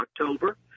October